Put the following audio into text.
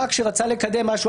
חבר כנסת שרצה לקדם משהו,